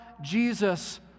Jesus